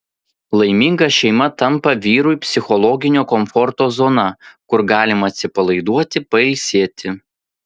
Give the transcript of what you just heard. laiminga šeima tampa vyrui psichologinio komforto zona kur galima atsipalaiduoti pailsėti